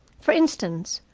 for instance,